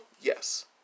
yes